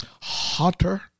Hotter